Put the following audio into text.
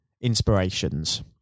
inspirations